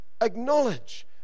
acknowledge